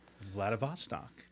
Vladivostok